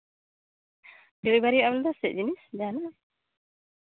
delivery ᱟᱢᱫᱚ ᱪᱮᱫ ᱡᱤᱱᱤᱥ ᱡᱟᱦᱟᱱᱟᱜ